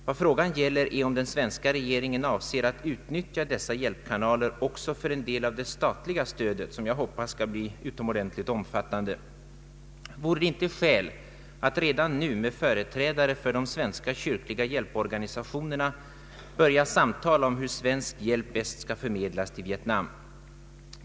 Vad frågan gäller är om den svenska regeringen avser att utnyttja dessa hjälpkanaler också för en del av det statliga stödet, som jag hoppas skall bli utomordentligt omfattande. Vore det inte skäl att redan nu med företrädare för de svenska kyrkliga hjälporganisationerna börja samtala om hur svensk hjälp bäst skall förmedlas till Vietnam?